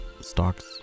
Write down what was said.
Stocks